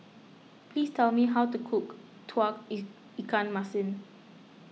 please tell me how to cook Tauge Ikan Masin